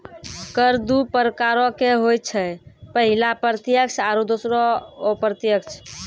कर दु प्रकारो के होय छै, पहिला प्रत्यक्ष आरु दोसरो अप्रत्यक्ष